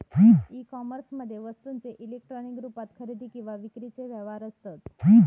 E कोमर्समध्ये वस्तूंचे electronic रुपात खरेदी किंवा विक्रीचे व्यवहार असत